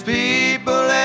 people